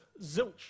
zilch